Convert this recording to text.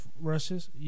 rushes